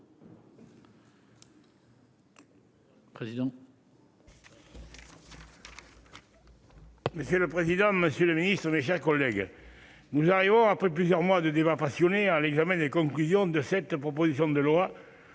Monsieur le président, Monsieur le Ministre, mes chers collègues, nous aurions après plusieurs mois de débats passionnés à l'examen des conclusions de cette proposition de loi